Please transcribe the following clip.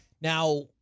Now